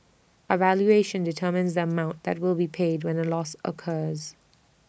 A valuation determines that mount that will be paid when A loss occurs